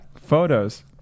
Photos